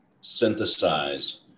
synthesize